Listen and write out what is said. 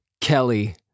Kelly